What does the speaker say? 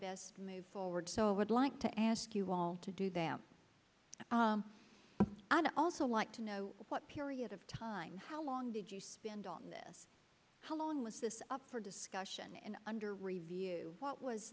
best move forward so i would like to ask you all to do them i'd also like to know what period of time how long did you spend on this how long was this up for discussion and under review what was